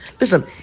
listen